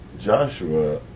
Joshua